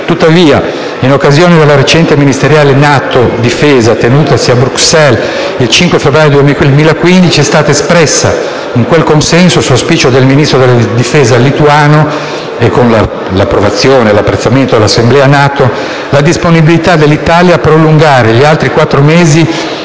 tuttavia, in occasione della recente ministeriale NATO-Difesa, tenutasi a Bruxelles il 5 febbraio 2015, è stata espressa in quel consesso, su auspicio del Ministro della difesa lituano, e con l'approvazione e l'apprezzamento dell'Assemblea NATO, la disponibilità dell'Italia a prolungare di altri quattro mesi